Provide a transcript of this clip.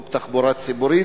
חוק תחבורה ציבורית?